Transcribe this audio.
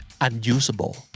Unusable